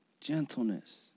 gentleness